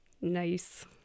Nice